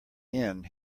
end